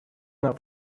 not